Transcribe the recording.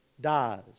dies